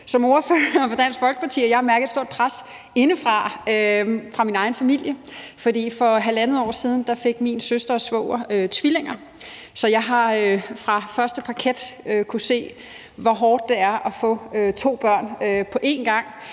som ordfører for Dansk Folkeparti sige, at jeg har mærket et stort pres indefra, fra min egen familie. For for halvandet år siden fik min søster og svoger tvillinger, så jeg har fra første parket kunnet se, hvor hårdt det er at få to børn på en gang,